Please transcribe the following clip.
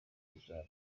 umutoza